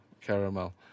caramel